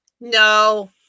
No